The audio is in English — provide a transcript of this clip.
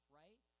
right